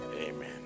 Amen